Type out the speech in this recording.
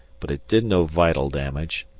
but it did no vital damage,